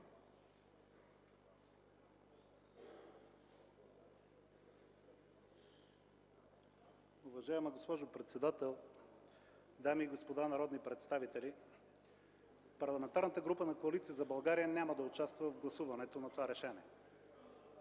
Уважаема госпожо председател, дами и господа народни представители! Парламентарната група на Коалиция за България няма да участва в гласуването на това решение.